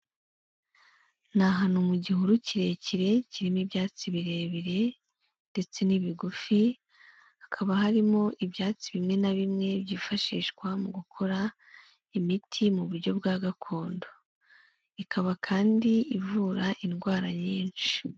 Ni ahantu mu gihuru kirekire kirimo ibyatsi birebire ndetse n'ibigufi, hakaba harimo ibyatsi bimwe na bimwe byifashishwa mu gukora imiti mu buryo bwa gakondo, ikaba kandi ivura indwara nyinshi.